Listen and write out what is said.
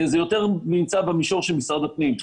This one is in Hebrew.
זה יותר נמצא במישור של משרד הפנים.